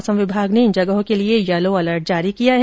मौसम विभाग ने इन जगहों के लिए यलो अलर्ट जारी किया है